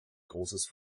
großes